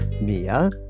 Mia